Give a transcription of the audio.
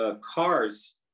cars